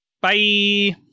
Bye